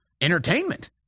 entertainment